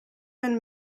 been